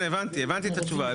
בסדר, הבנתי את התשובה.